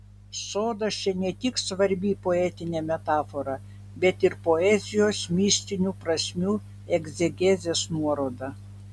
sodas čia ne tik svarbi poetinė metafora bet ir poezijos mistinių prasmių egzegezės nuoroda